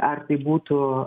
ar tai būtų